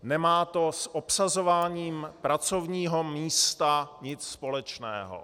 Nemá to s obsazováním pracovního místa nic společného.